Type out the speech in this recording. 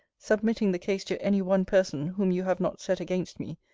submitting the case to any one person whom you have not set against me,